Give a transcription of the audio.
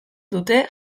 dute